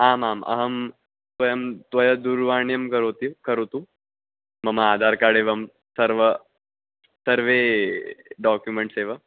आम् आम् अहं स्वयं त्वं दूरवाणीं करोमि करोतु मम आधारः कार्ड् एवं सर्व सर्वे डाक्युमेण्ट्स् एव